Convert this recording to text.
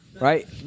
right